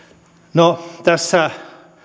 no tässä